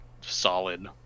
solid